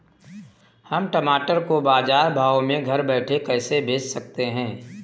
हम टमाटर को बाजार भाव में घर बैठे कैसे बेच सकते हैं?